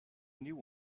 new